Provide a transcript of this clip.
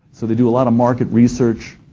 so they do a lot of market research,